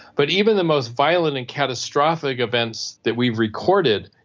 but even the most violent and catastrophic events that we've recorded,